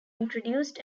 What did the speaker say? introduced